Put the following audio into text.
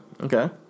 Okay